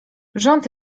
rząd